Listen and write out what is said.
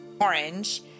orange